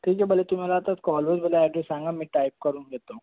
ठीक आहे पहिले तुम्ही मला आता कॉलवर मला ॲड्रेस सांगा मी टाईप करून घेतो